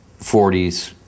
40s